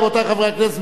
רבותי חברי הכנסת,